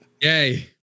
Yay